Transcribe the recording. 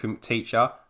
teacher